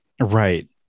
right